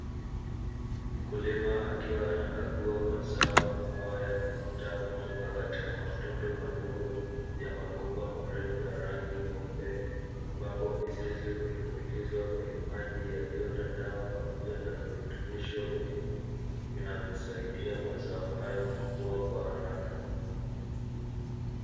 Mkulima akiwa anakagua mazao ambayo yameota kutoka katika matundu madogo ya mabomba marefu ya rangi nyeupe, ambapo mizezo hutumbukizwa kwenye maji yaliyo na dawa pamoja na virutubisho muhimu vinavyosaidia mazao hayo kukua kwa haraka.